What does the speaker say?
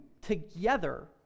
together